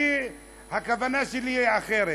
הכוונה שלי היא אחרת.